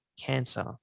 cancer